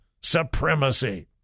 supremacy